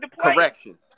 correction